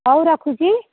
ହଉ ରଖୁଛି